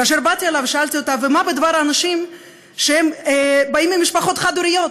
כאשר באתי אליו ושאלתי אותו: ומה בדבר האנשים שבאים ממשפחות חד-הוריות?